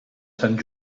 sant